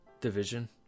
division